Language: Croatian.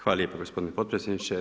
Hvala lijepa gospodine potpredsjedniče.